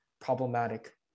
problematic